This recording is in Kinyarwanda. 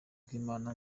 rw’imana